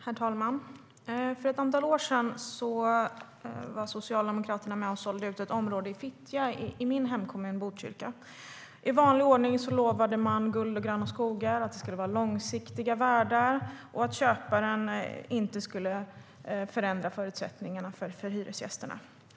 Herr talman! För ett antal år sedan var Socialdemokraterna med och sålde ut ett område i Fittja i min hemkommun Botkyrka. I vanlig ordning lovade man guld och gröna skogar, att det skulle vara långsiktiga värdar och att köparen inte skulle förändra förutsättningarna för hyresgästerna.